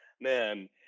man